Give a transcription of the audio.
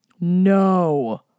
No